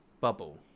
Bubble